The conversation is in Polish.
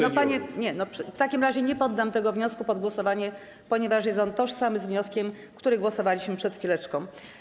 Nie, panie pośle, w takim razie nie poddam tego wniosku pod głosowanie, ponieważ jest on tożsamy z wnioskiem, nad którym głosowaliśmy przed chwileczką.